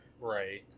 Right